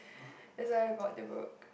that's why I bought the book